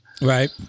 right